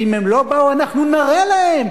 ואם הם לא באו אנחנו נראה להם,